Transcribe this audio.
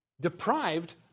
deprived